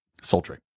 sultry